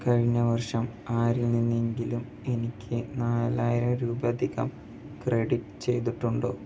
കഴിഞ്ഞ വർഷം ആരിൽ നിന്നെങ്കിലും എനിക്ക് നാലായിരം രൂപ അധികം ക്രെഡിറ്റ് ചെയ്തിട്ടുണ്ടോ